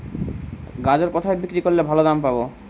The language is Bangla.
গাজর কোথায় বিক্রি করলে ভালো দাম পাব?